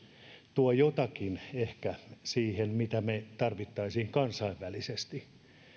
tuo jotakin ehkä siihen mitä me tarvitsisimme kansainvälisesti